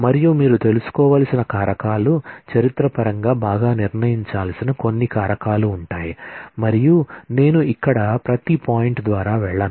మరియు మీరు తెలుసుకోవలసిన కారకాలు చరిత్ర పరంగా బాగా నిర్ణయించాల్సిన కొన్ని కారకాలు ఉంటాయి మరియు నేను ఇక్కడ ప్రతి పాయింట్ ద్వారా వెళ్ళను